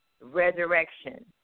resurrection